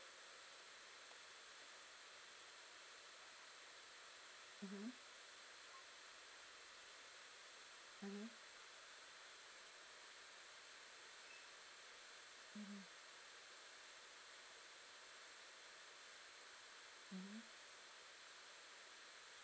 mmhmm mmhmm mmhmm mmhmm